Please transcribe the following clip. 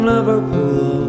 Liverpool